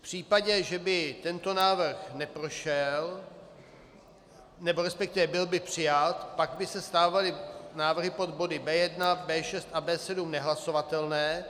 V případě, že by tento návrh neprošel, nebo resp. byl by přijat, pak by se stávaly návrhy pod body B1, B6 a B7 nehlasovatelné.